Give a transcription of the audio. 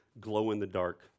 glow-in-the-dark